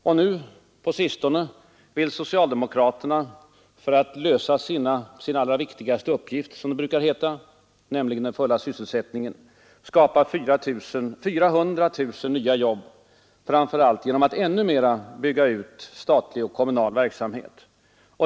Och nu på sistone vill socialdemokraterna för att klara sin allra viktigaste uppgift, som det brukar heta, nämligen den fulla sysselsättningen, skapa 400 000 nya jobb, framför allt genom att ännu mera bygga ut statlig och kommunal verksamhet.